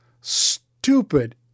stupid